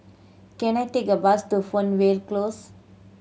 can I take a bus to Fernvale Close